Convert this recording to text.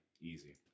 Easy